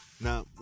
Now